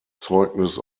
zeugnis